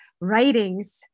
writings